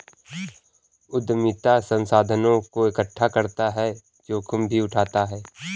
उद्यमिता संसाधनों को एकठ्ठा करता और जोखिम भी उठाता है